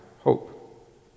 hope